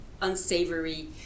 unsavory